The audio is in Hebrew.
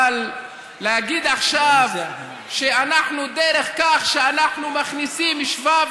אבל להגיד עכשיו שדרך זה שאנחנו מכניסים שבב